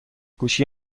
گوشی